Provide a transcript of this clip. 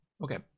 okay